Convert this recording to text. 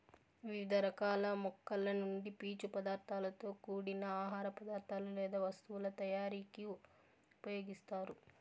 వివిధ రకాల మొక్కల నుండి పీచు పదార్థాలతో కూడిన ఆహార పదార్థాలు లేదా వస్తువుల తయారీకు ఉపయోగిస్తారు